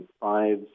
five